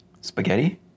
Spaghetti